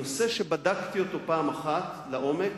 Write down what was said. נושא שבדקתי אותו פעם אחת לעומק,